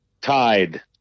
Tide